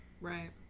right